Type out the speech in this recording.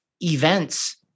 events